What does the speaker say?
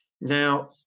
now